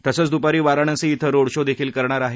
तसंच दुपारी वाराणसी िं रोड शो देखील करणार आहेत